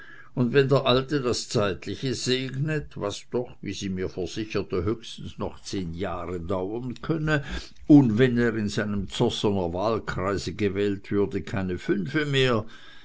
und wenn der alte das zeitliche segnet was doch wie sie mir versicherte höchstens noch zehn jahre dauern könne und wenn er in seinem zossener wahlkreise gewählt würde keine fünfe mehr